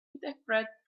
interpret